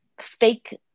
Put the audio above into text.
fake